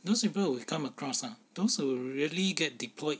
those people you've come across ah those who really get deployed